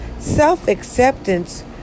Self-acceptance